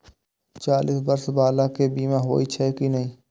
चालीस बर्ष बाला के बीमा होई छै कि नहिं?